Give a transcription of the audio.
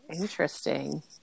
Interesting